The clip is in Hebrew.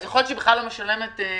אז יכול להיות שהיא בכלל לא משלמת מיסים,